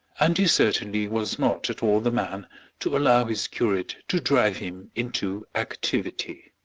and he certainly was not at all the man to allow his curate to drive him into activity.